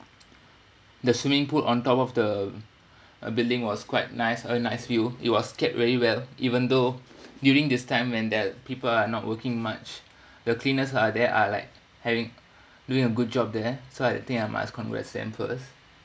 the swimming pool on top of the uh building was quite nice a nice view it was kept very well even though during this time when there are people are not working much the cleaners are there are like having doing a good job there so I think I must congrats them first